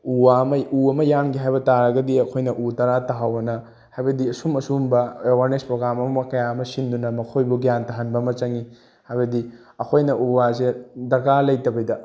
ꯎ ꯋꯥ ꯑꯃ ꯎ ꯑꯃ ꯌꯥꯟꯒꯦ ꯍꯥꯏꯕ ꯇꯥꯔꯒꯗꯤ ꯑꯩꯈꯣꯏꯅ ꯎ ꯇꯔꯥ ꯊꯥꯍꯧ ꯍꯥꯏꯅ ꯍꯥꯏꯕꯗꯤ ꯑꯁꯨꯝ ꯑꯁꯨꯝꯕ ꯑꯦꯋꯥꯔꯅꯦꯁ ꯄ꯭ꯔꯣꯒ꯭ꯔꯥꯝꯒꯨꯝꯕ ꯀꯌꯥ ꯑꯃ ꯁꯤꯟꯗꯨꯅ ꯃꯈꯣꯏꯕꯨ ꯒ꯭ꯌꯥꯟ ꯇꯥꯍꯟꯕ ꯑꯃ ꯆꯪꯉꯤ ꯍꯥꯏꯗꯤ ꯑꯩꯈꯣꯏꯅ ꯎ ꯋꯥꯁꯦ ꯗꯔꯀꯥꯔ ꯂꯩꯇꯕꯤꯗ